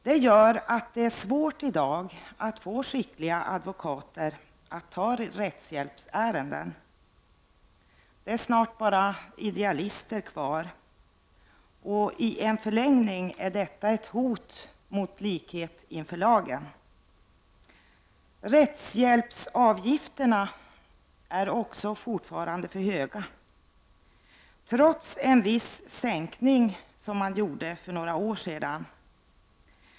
Det gör att det är svårt i dag att få skickliga advokater att ta rättshjälpsärenden. Det är snart bara idealister kvar, och i en förlängning är detta ett hot mot likheten inför lagen. Rättshjälpsavgifterna är dessutom fortfarande för höga, trots en viss sänkning för några år sedan.